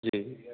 જી